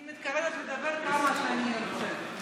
אני מתכוונת לדבר כמה שאני ארצה.